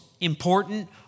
important